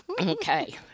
Okay